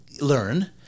learn